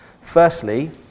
Firstly